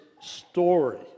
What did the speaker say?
story